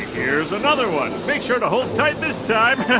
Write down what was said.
here's another one. make sure to hold tight this time.